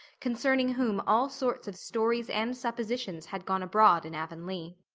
concerning whom all sorts of stories and suppositions had gone abroad in avonlea.